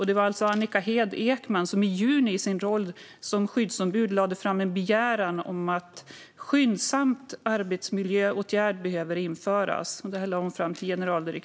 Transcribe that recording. Det var Annika Hed Ekman som i juni i sin roll som skyddsombud lade fram en begäran till generaldirektören om att en skyndsam arbetsmiljöåtgärd skulle vidtas.